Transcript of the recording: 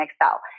Excel